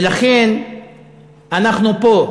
ולכן אנחנו פה.